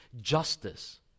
justice